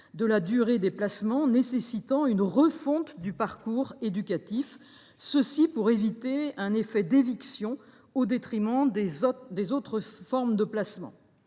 de la durée des placements et, partant, une refonte du parcours éducatif. Il faut éviter l’effet d’éviction au détriment des autres formes de placement.